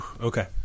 Okay